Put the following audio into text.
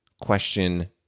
question